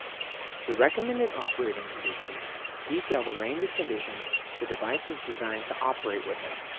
the recommended operating conditions detail the range of conditions the device is designed to operate within.